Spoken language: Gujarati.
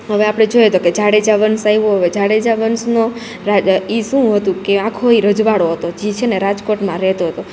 હવે આપડે જોઈએ તોકે જાડેજા વંશ આયવો હવે જાડેજા વંશનો ઈ શું હતું કે આખો ઈ રજવાડો હતો જી છે ને રાજકોટમાં રેતોતો